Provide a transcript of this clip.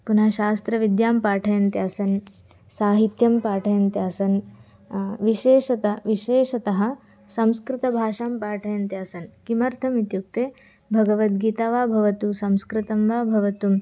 पुनः शास्त्रविद्यां पाठयन्तः आसन् साहित्यं पाठयन्तः आसन् विशेषतः विशेषतः संस्कृतभाषां पाठयन्तः आसन् किमर्थम् इत्युक्ते भगवद्गीता वा भवतु संस्कृतं वा भवतु